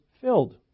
filled